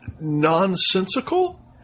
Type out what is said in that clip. nonsensical